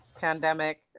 pandemic